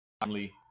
family